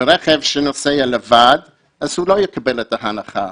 רכב שנוסע לבד לא יקבל את ההנחה.